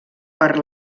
per